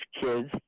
kids